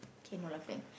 okay no laughing